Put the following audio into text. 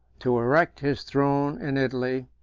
to erect his throne in italy,